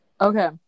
Okay